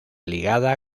ligada